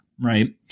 right